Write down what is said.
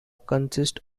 consist